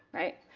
right?